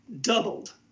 doubled